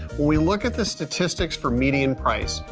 when we look at the statistics for median price,